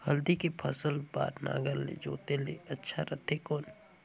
हल्दी के फसल बार नागर ले जोते ले अच्छा रथे कौन?